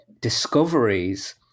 discoveries